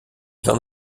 vins